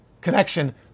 connection